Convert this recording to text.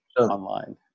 online